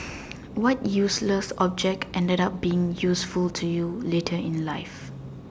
what useless object ended up being useful to you later in life